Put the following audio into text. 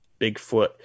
Bigfoot